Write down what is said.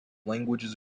languages